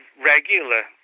regular